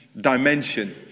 dimension